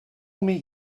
meet